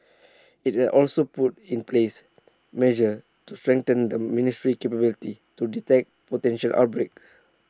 IT has also put in place measures to strengthen the ministry's capability to detect potential outbreaks